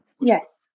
yes